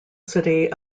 city